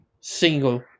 single